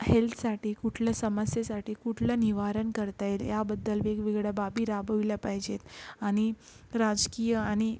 हेलसाठी कुठलं समस्येसाटी कुठलं निवारण करता येईल याबद्दल वेगवेगळ्या बाबी राबविल्या पाहिजे आणि राजकीय आणि